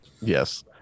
Yes